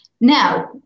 now